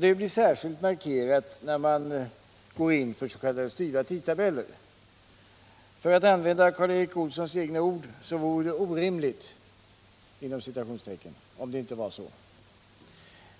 Det blir särskilt markerat när man går in för s.k. styrda tidtabeller. För att använda Karl Erik Olssons egna ord vore det ”orimligt” om det inte skulle vara så.